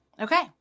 Okay